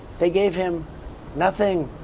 they gave him nothing!